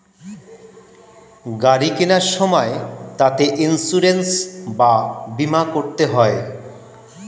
গাড়ি কেনার সময় তাতে ইন্সুরেন্স বা বীমা করতে হয়